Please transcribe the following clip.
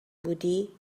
بودی